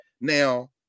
now